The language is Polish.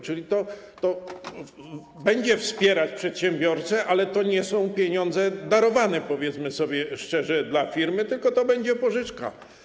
Czyli to będzie wspierać przedsiębiorcę, ale to nie są pieniądze darowane, powiedzmy sobie szczerze, dla firmy, tylko to będzie pożyczka.